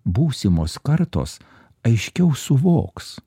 būsimos kartos aiškiau suvoks